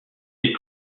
des